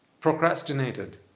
Procrastinated